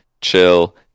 chill